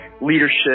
leadership